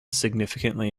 significantly